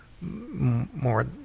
more